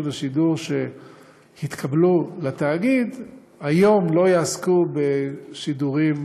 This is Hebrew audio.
השידור שהתקבלו לתאגיד לא יעסקו היום בשידורים